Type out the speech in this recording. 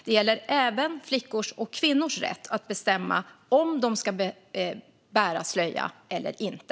Det gäller även flickors och kvinnors rätt att bestämma om de ska bära slöja eller inte.